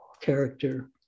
character